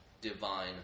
divine